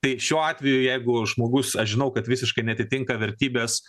tai šiuo atveju jeigu žmogus aš žinau kad visiškai neatitinka vertybės